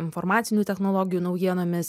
informacinių technologijų naujienomis